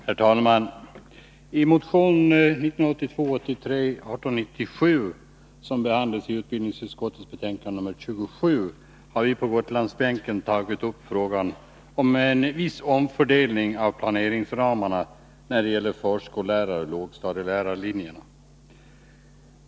Herr talman! I motion 1982/83:1897, som behandlas i utbildningsutskottets betänkande nr 27, har vi på Gotlandsbänken tagit upp frågan om en viss omfördelning av planeringsramarna när det gäller förskolläraroch lågstadielärarlinjerna.